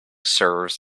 serves